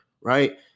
right